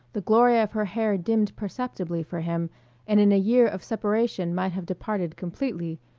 the glory of her hair dimmed perceptibly for him and in a year of separation might have departed completely,